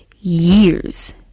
years